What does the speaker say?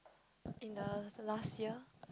in the last year